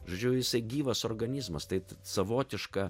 žodžiu jisai gyvas organizmas tai savotiška